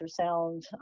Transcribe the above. ultrasound